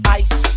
ice